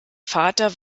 vater